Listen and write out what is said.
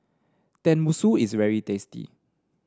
Tenmusu is very tasty